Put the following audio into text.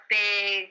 big